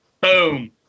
Boom